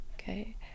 okay